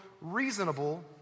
reasonable